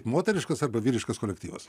moteriškas arba vyriškas kolektyvas